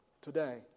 Today